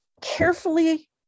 carefully